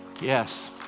Yes